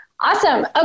awesome